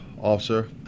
officer